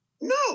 No